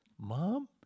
mom